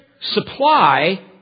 supply